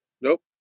Nope